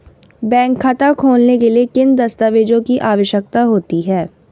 Bank खाता खोलने के लिए किन दस्तावेज़ों की आवश्यकता होती है?